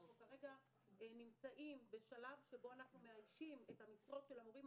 אנחנו כרגע נמצאים בשלב שבו אנחנו מאיישים את המשרות של המורים.